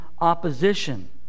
opposition